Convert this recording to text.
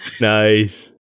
Nice